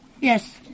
Yes